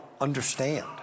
understand